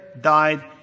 died